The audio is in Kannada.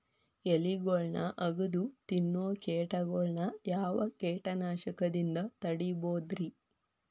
ಎಲಿಗೊಳ್ನ ಅಗದು ತಿನ್ನೋ ಕೇಟಗೊಳ್ನ ಯಾವ ಕೇಟನಾಶಕದಿಂದ ತಡಿಬೋದ್ ರಿ?